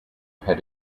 had